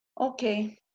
okay